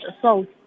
assault